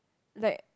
like